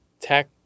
tech